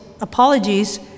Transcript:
apologies